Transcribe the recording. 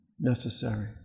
Necessary